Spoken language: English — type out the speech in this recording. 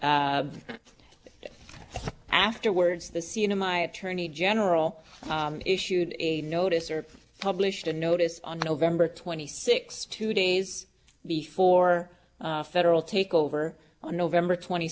and afterwards the scene of my attorney general issued a notice or published a notice on november twenty sixth two days before a federal takeover on november twenty